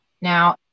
Now